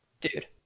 dude